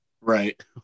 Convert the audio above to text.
Right